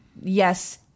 yes